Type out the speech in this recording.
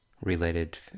related